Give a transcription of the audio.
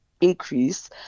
increase